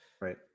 Right